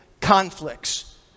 conflicts